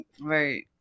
Right